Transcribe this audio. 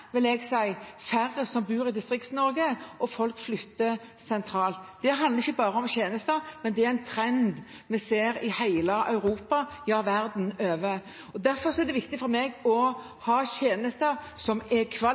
jeg si – får færre som bor i Distrikts-Norge, og folk flytter sentralt. Det handler ikke bare om tjenester, men det er en trend vi ser i hele Europa, ja, over hele verden. Derfor er det viktig for meg å ha tjenester som er